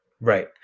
Right